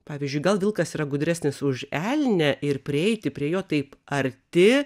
pavyzdžiui gal vilkas yra gudresnis už elnią ir prieiti prie jo taip arti